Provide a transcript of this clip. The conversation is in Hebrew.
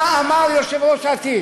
מה אמר יושב-ראש יש עתיד.